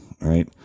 Right